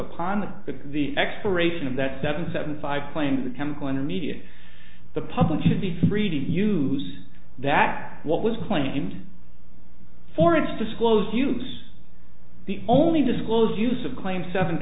with the expiration of that seven seven five claims the chemical in the media the public should be free to use that what was claimed for its disclose use the only disclosed use of claim seven